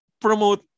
promote